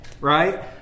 Right